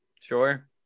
Sure